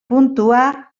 puntua